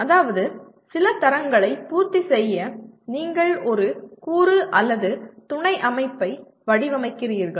அதாவது சில தரங்களை பூர்த்தி செய்ய நீங்கள் ஒரு கூறு அல்லது துணை அமைப்பை வடிவமைக்கிறீர்கள்